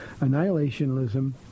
Annihilationism